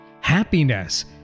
happiness